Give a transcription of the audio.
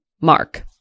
mark